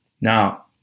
Now